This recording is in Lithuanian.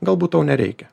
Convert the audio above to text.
galbūt tau nereikia